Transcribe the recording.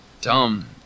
dumb